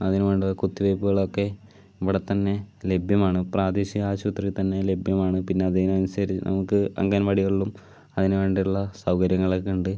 അതിനുവേണ്ട കുത്തിവെപ്പുകളൊക്ക ഇവിടെ തന്നെ ലഭ്യമാണ് പ്രാദേശിക ആശുപത്രിയിൽ തന്നെ ലഭ്യമാണ് പിന്നെ അതിനനുസരിച്ച് നമുക്ക് അംഗൻവാടികളിലും അതിനുവേണ്ടിയുള്ള സൗകര്യങ്ങളൊക്കെയുണ്ട്